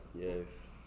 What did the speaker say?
yes